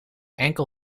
enkel